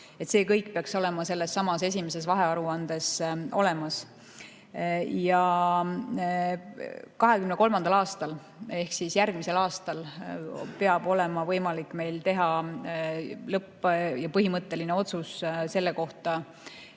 See kõik peaks olema sellessamas esimeses vahearuandes olemas. Ja 2023. aastal ehk järgmisel aastal peab olema võimalik teha põhimõtteline lõppotsus selle kohta,